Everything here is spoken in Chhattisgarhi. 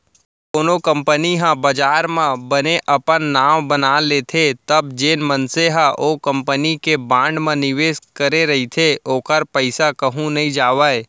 कोनो कंपनी ह बजार म बने अपन नांव बना लेथे तब जेन मनसे ह ओ कंपनी के बांड म निवेस करे रहिथे ओखर पइसा कहूँ नइ जावय